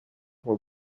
were